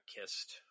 kissed